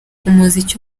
umuziki